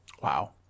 Wow